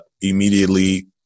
immediately